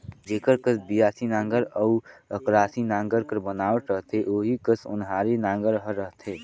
जेकर कस बियासी नांगर अउ अकरासी नागर कर बनावट रहथे ओही कस ओन्हारी नागर हर रहथे